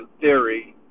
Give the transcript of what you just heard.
theory